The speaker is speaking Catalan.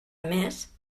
més